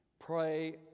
pray